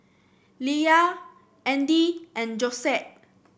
Leia Andy and Josette